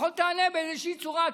לפחות תענה באיזושהי צורה,